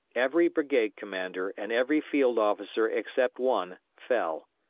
every brigade commander and every field officer except one fell.